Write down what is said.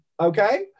okay